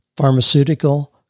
pharmaceutical